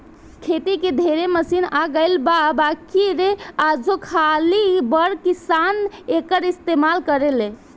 खेती के ढेरे मशीन आ गइल बा बाकिर आजो खाली बड़ किसान एकर इस्तमाल करेले